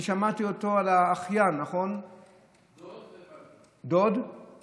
אני שמעתי את דבריו על האחיין, נכון?